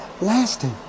lasting